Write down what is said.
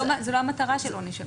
זו לא המטרה של עונש המינימום.